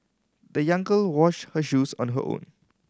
the young girl washed her shoes on the hoe